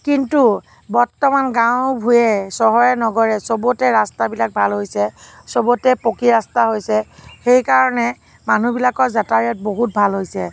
কিন্তু বৰ্তমান গাঁৱে ভূঞে চহৰে নগৰে চবতে ৰাস্তাবিলাক ভাল হৈছে চবতে পকী ৰাস্তা হৈছে সেই কাৰণে মানুহবিলাকৰ যাতায়াত বহুত ভাল হৈছে